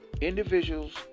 individuals